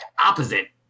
opposite